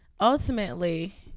Ultimately